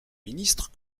ministre